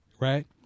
right